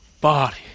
body